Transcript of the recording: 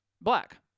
black